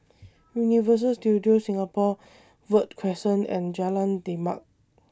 Universal Studios Singapore Verde Crescent and Jalan Demak